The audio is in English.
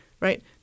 right